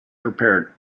prepared